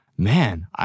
man